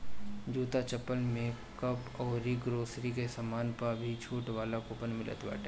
जूता, चप्पल, मेकअप अउरी ग्रोसरी के सामान पअ भी छुट वाला कूपन मिलत बाटे